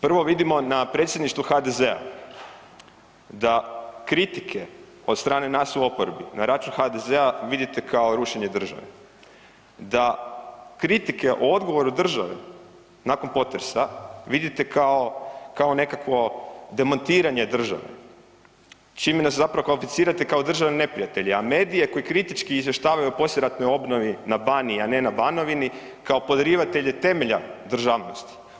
Prvo vidimo na predsjedništvu HDZ-a da kritike od strane nas u oporbi na račun HDZ-a vidite kao rušenje države, da kritike o odgovoru države nakon potresa vidite kao nekakvo demantiranje države čime nas zapravo kvalificirate kao državne neprijatelje, a medije koji kritički izvještavaju o poslijeratnoj obnovi na Baniji, a ne na Banovini kao podrivatelji temelja državnosti.